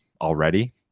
already